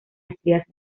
estrías